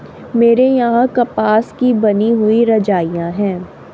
मेरे यहां कपास की बनी हुई रजाइयां है